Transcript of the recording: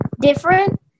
different